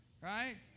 right